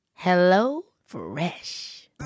HelloFresh